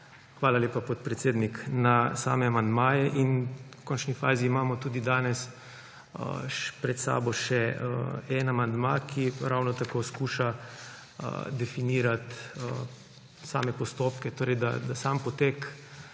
hvala lepa, podpredsednik – na same amandmaje. V končni fazi imamo danes pred seboj še eden amandma, ki ravno tako poskuša definirati same postopke, torej da sam potek